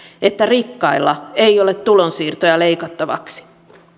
että rikkailla ei ole tulonsiirtoja leikattavaksi